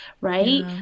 right